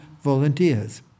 volunteers